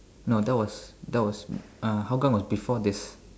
no that was that was uh Hougang was before this